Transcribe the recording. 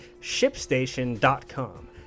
ShipStation.com